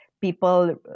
people